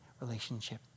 relationship